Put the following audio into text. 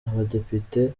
abadepite